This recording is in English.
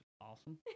awesome